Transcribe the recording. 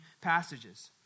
passages